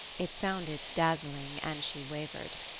it sounded dazzling and she wavered.